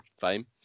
fame